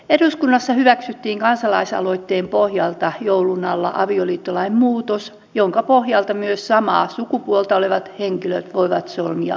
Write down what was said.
eduskunnassa hyväksyttiin kansalaisaloitteen pohjalta joulun alla avioliittolain muutos jonka pohjalta myös samaa sukupuolta olevat henkilöt voivat solmia avioliiton